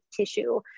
tissue